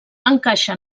encaixa